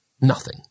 Nothing